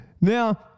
Now